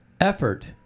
effort